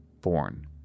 born